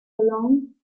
along